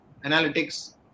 analytics